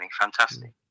Fantastic